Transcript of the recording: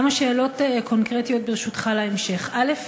כמה שאלות קונקרטיות, ברשותך, להמשך: א.